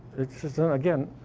it's just not again,